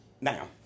Now